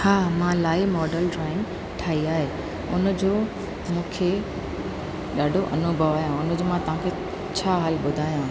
हा मां live model drawing ठाही आहे उन जो मूंखे ॾाढो अनुभव आहे उन जो मां तव्हां खे छा हल ॿुधायां